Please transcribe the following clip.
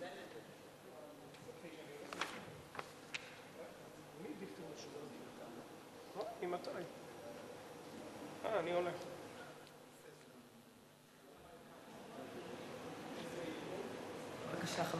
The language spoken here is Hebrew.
בבקשה, חבר